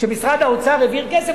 כשמשרד האוצר העביר כסף,